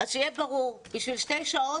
שיהיה ברור שבשביל שעתיים,